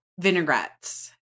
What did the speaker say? vinaigrettes